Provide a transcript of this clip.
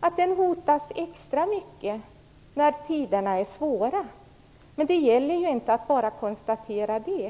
att den hotas extra mycket när tiderna är svåra. Men det gäller ju att inte bara konstatera det.